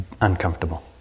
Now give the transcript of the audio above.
uncomfortable